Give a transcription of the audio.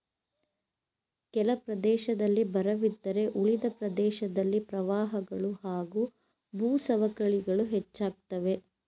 ಕೆಲ ಪ್ರದೇಶದಲ್ಲಿ ಬರವಿದ್ದರೆ ಉಳಿದ ಪ್ರದೇಶದಲ್ಲಿ ಪ್ರವಾಹಗಳು ಹಾಗೂ ಭೂಸವಕಳಿಗಳು ಹೆಚ್ಚಾಗ್ತವೆ